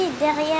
derrière